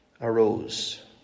arose